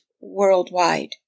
worldwide